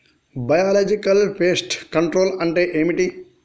Biological pest control అంటే ఏమిటి?